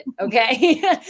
Okay